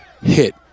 hit